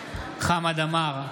עמאר,